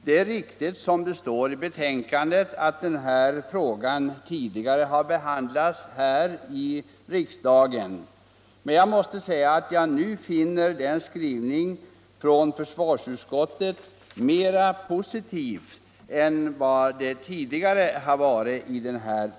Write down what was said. Det är riktigt, som det står i betänkandet, att frågan har behandlats förut här i riksdagen, men jag måste säga att jag nu finner försvarsutskottets skrivning mera positiv än den varit tidigare.